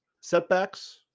setbacks